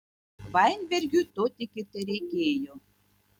vainbergui to tik ir tereikėjo